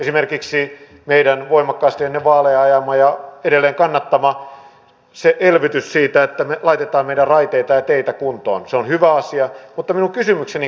esimerkiksi meidän voimakkaasti ennen vaaleja ajamamme ja edelleen kannattamamme elvytys siinä että me laitamme meidän raiteita ja teitä kuntoon on hyvä asia mutta minun kysymykseni kuuluu